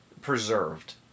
preserved